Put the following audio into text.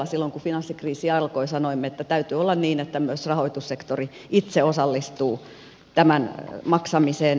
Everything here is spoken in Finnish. silloin kun finanssikriisi alkoi sanoimme että täytyy olla niin että myös rahoitussektori itse osallistuu tämän maksamiseen